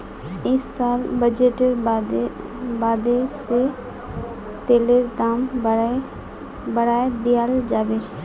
इस साल बजटेर बादे से तेलेर दाम बढ़ाय दियाल जाबे